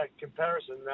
comparison